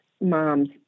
moms